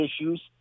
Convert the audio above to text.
issues